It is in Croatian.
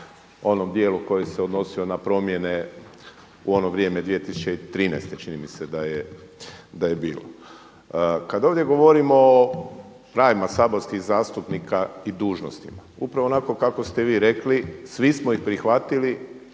onom dijelu koji se odnosio na promjene, u ono vrijeme 2013. čini mi se da je bilo. Kada ovdje govorimo o pravima saborskih zastupnika i dužnostima. Upravo onako kako ste vi rekli svi smo ih prihvatili